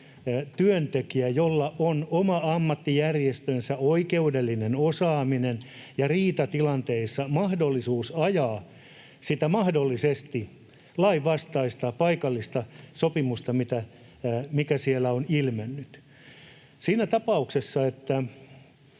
työntekijällä on oman ammattijärjestönsä oikeudellinen osaaminen ja riitatilanteissa mahdollisuus ajaa sitä mahdollisesti lain vastaista paikallista sopimusta, mikä siellä on ilmennyt. Siinä tapauksessa, että